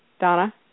Donna